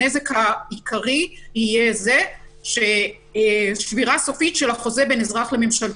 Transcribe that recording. הנזק העיקרי יהיה שבירה סופית של החוזה בין אזרח לממשלתו.